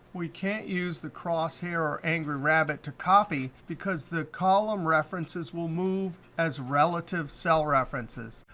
we can't use the crosshair or angry rabbit to copy because the column references will move as relative cell references.